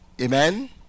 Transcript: Amen